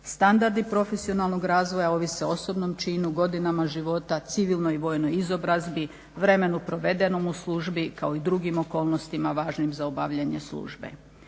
Standardi profesionalnog razvoja ovise o osobnom činu, godinama života, civilnoj vojnoj izobrazbi, vremenu provedenom u službi kao i drugim okolnostima važnim za obavljanje službe.